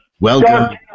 Welcome